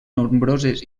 nombroses